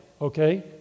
Okay